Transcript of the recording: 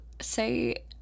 say